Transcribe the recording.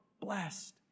blessed